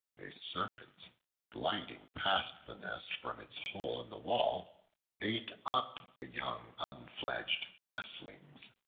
a serpent gliding past the nest from its hole in the wall ate up the young unfledged nestlings.